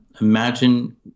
imagine